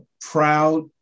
proud